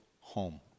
home